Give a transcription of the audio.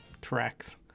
tracks